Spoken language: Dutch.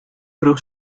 vroeg